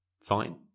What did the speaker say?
Fine